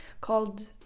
called